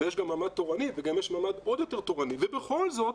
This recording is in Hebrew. יש גם ממ"ד תורני ויש גם ממ"ד עוד יותר תורני ובכל זאת